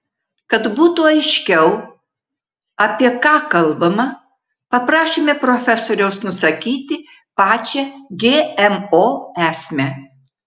kad būtų aiškiau apie ką kalbama paprašėme profesoriaus nusakyti pačią gmo esmę